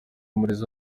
murekezi